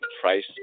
price